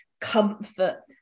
comfort